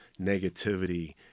negativity